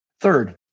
Third